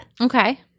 Okay